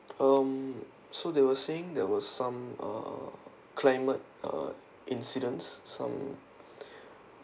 um so they were saying there were some uh climate uh incidents some